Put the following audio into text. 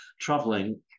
traveling